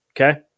Okay